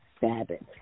Sabbath